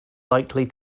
likely